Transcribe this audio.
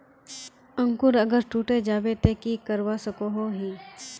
अंकूर अगर टूटे जाबे ते की करवा सकोहो ही?